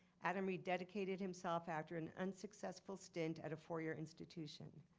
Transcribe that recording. adam, he dedicated himself after an unsuccessful stint at a four-year institution,